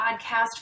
podcast